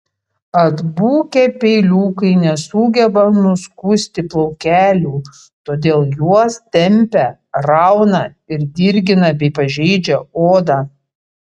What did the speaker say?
atbukę peiliukai nesugeba nuskusti plaukelių todėl juos tempia rauna ir dirgina bei pažeidžia odą